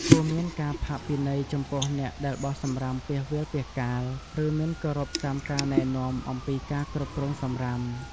គួរមានការផាកពិន័យចំពោះអ្នកដែលបោះសំរាមពាសវាលពាសកាល ឬមិនគោរពតាមការណែនាំអំពីការគ្រប់គ្រងសំរាម។